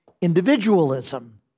individualism